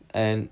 and